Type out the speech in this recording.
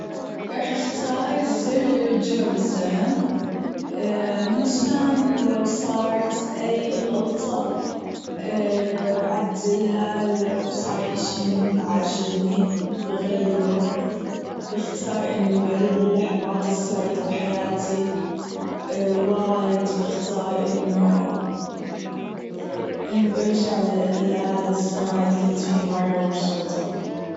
راح أختار الزر بالرجوع بالزمن منشان لو صارت أي غلطة بعدلها لو صار أشي موبعاجبني بغيره بختار أنه بعيد اللحظات السعيدة بحياتى وايد بختار أنه أنه بأرجع لهذا الزمان اللي كنت فيه مرة مبسوطة.